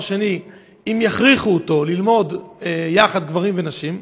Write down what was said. שני אם יכריחו אותו ללמוד יחד גברים ונשים.